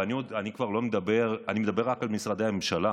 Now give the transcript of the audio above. ואני מדבר רק על משרדי הממשלה,